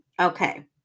okay